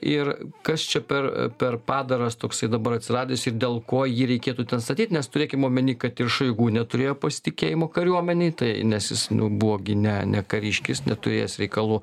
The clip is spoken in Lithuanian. ir kas čia per per padaras toksai dabar atsiradęs ir dėl ko jį reikėtų ten statyt nes turėkim omeny kad ir šoigu neturėjo pasitikėjimo kariuomenei tai nes jis nu buvo gi ne ne kariškis neturėjęs reikalų